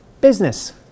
business